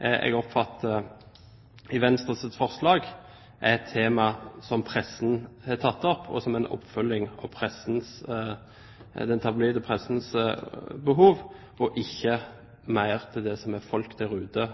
jeg oppfatter det er i Venstres forslag. Det er tema som pressen har tatt opp, og som er en oppfølging av den tabloide pressens behov og ikke behovet til folk der ute